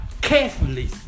carefully